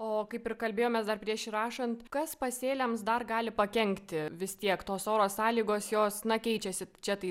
o kaip ir kalbėjomės dar prieš įrašant kas pasėliams dar gali pakenkti vis tiek tos oro sąlygos jos na keičiasi čia tai